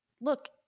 look